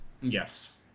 Yes